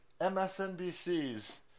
MSNBC's